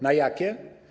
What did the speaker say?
Na jakie?